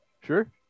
Sure